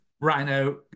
rhino